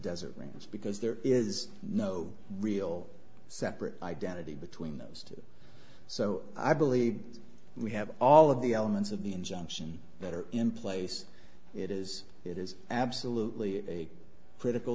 desert rings because there is no real separate identity between those two so i believe we have all of the elements of the injunction that are in place it is it is absolutely a political